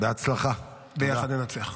ביחד ננצח.